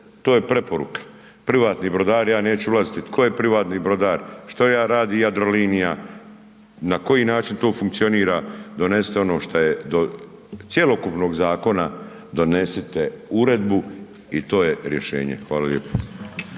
to je preporuka, privatni brodari, ja neću ulazit tko je privatni brodar, što radi Jadrolinija, na koji način to funkcionira, donesite ono šta je do cjelokupnog zakona donesite uredbu i to je rješenje, hvala lijepo.